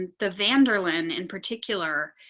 and the van berlin in particular.